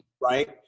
Right